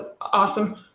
awesome